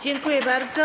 Dziękuję bardzo.